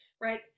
right